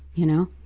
you know.